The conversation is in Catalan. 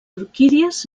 orquídies